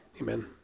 amen